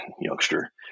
youngster